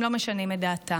הם לא משנים את דעתם.